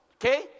Okay